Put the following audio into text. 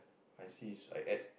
I see his I add